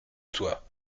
toi